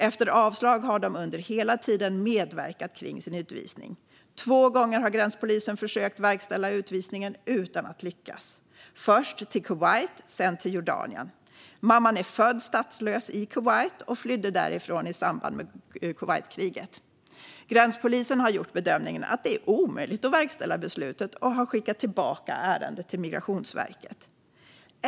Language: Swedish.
Efter avslag har de hela tiden medverkat kring sin utvisning. Två gånger har gränspolisen försökt verkställa utvisningen utan att lyckas, först till Kuwait, sedan till Jordanien. Mamman är född statslös i Kuwait och flydde därifrån i samband Kuwaitkriget. Gränspolisen har gjort bedömningen att det är omöjligt att verkställa beslutet och har skickat tillbaka ärendet till Migrationsverket.